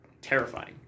terrifying